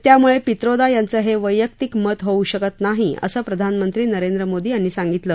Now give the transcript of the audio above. त्यामुळे पित्रोदा यांचं हे वैयक्तीक मत होऊ शकत नाही असं प्रधानमंत्री नरेंद्र मोदी यांनी सांगितलं